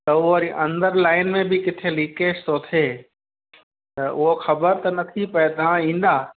त उहो वरी अंदरि लाईन में बि किथे लिकेज थो थिए त उहो ख़बर त न थी पए तव्हां ईंदा